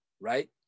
right